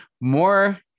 more